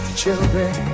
children